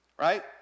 right